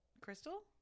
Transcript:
Crystal